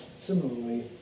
Similarly